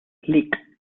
lic